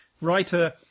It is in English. writer